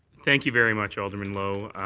thank you very much, alderman lowe.